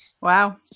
Wow